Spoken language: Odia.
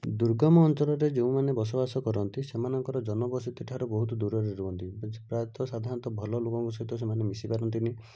ଦୁର୍ଗମ ଅଞ୍ଚଳରେ ଯଉଁମାନେ ବସବାସ କରନ୍ତି ସେମାନଙ୍କର ଜନବସତିଠାରୁ ବହୁତ ଦୂରରେ ରୁହନ୍ତି ବୁଝି ପ୍ରାୟତଃ ସାଧାରଣତଃ ଭଲ ଲୋକଙ୍କ ସହିତ ସେମାନେ ମିଶି ପାରନ୍ତିନି